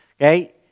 Okay